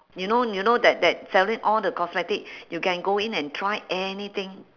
you know you know that that selling all the cosmetic you can go in and try anything